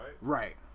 Right